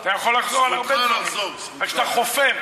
אתה יכול לחזור על הרבה דברים, רק שאתה חופר.